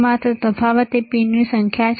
માત્ર તફાવત એ પિનની સંખ્યા છે